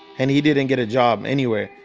and he didn't get a job anywhere.